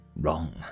wrong